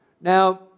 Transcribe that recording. Now